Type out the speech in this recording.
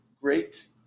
great